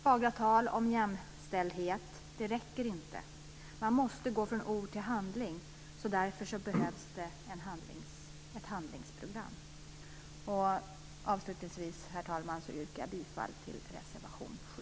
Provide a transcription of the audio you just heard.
Fagra tal om jämställdhet räcker inte. Man måste gå från ord till handling. Därför behövs det ett handlingsprogram. Avslutningsvis, herr talman, yrkar jag bifall till reservation 7.